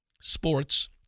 Sports